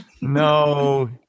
No